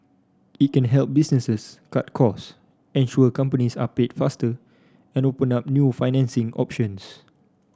it can help businesses cut costs ensure companies are paid faster and open up new financing options